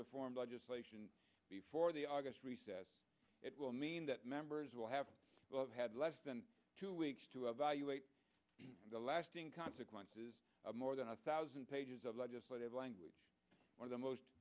reform legislation before the august recess it will mean that members will have had less than two weeks to evaluate the lasting consequences of more than a thousand pages of legislative language or the most